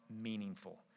meaningful